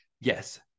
yes